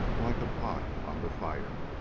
like a pot on the fire.